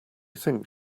think